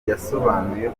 yasobanuye